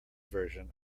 version